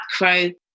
macro